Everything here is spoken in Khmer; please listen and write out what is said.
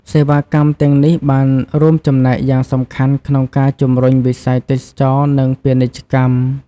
សេវាកម្មទាំងនេះបានរួមចំណែកយ៉ាងសំខាន់ក្នុងការជំរុញវិស័យទេសចរណ៍និងពាណិជ្ជកម្ម។